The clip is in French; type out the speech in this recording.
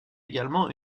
également